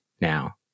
now